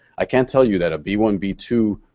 i can tell you that a b one b two